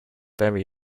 very